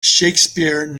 shakespeare